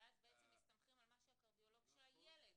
ואז בעצם מסתמכים על מה שהקרדיולוג של הילד כתב?